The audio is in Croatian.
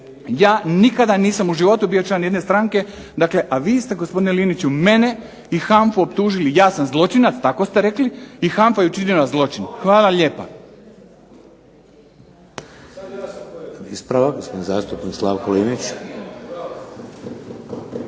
Ja nikada nisam u životu bio član jedne stranke, dakle a vi ste gospodine Liniću mene i HANFA-u optužili ja sam zločinac, tako ste rekli i HANFA je učinila zločin. Hvala lijepa. **Šeks, Vladimir (HDZ)** Ispravak, gospodin zastupnik Slavko Linić.